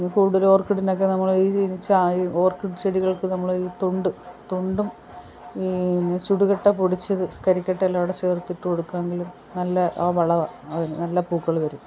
കൂടലോർക്കിടിനൊക്കെ നമ്മളീ ചീനിച്ചായും ഓർക്കിഡ് ചെടികൾക്ക് നമ്മൾ തൊണ്ട് തൊണ്ടും പിന്നെ ചുടുകട്ട പൊടിച്ചത് കരിക്കട്ടയെല്ലാവൂടെ ചേർത്തിട്ട് കൊടുക്കാമെങ്കിൽ നല്ല ആ വളവാ അതിന് നല്ല പൂക്കൾ വരും